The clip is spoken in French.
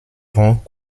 rond